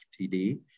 FTD